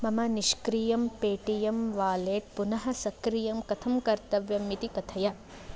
मम निष्क्रियं Paytm wallet पुनः सक्रियं कथं कर्तव्यम् इति कथय